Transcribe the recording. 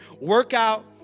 Workout